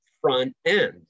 front-end